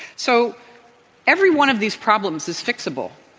so every one of these problems is fixable.